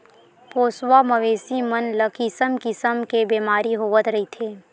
पोसवा मवेशी मन ल किसम किसम के बेमारी होवत रहिथे